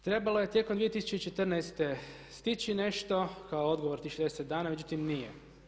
Trebalo je tijekom 2014. stići nešto kao odgovor tih 60 dana, međutim nije.